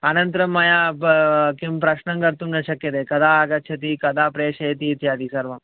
अनन्तरं मया किं प्रश्नः कर्तुं न शक्यते कदा आगच्छति कदा प्रेषयति इत्यादि सर्वं